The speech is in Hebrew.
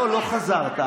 לא חזרת.